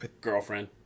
Girlfriend